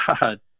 god